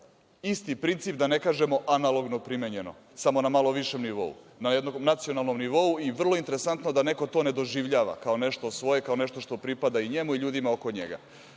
isti princip, da ne kažemo analogno primenjeno, samo na malo višem nivou, na jednom nacionalnom nivou. Vrlo je interesantno da neko to ne doživljava kao nešto svoje, kao nešto što pripada i njemu i ljudima oko njega.